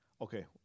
Okay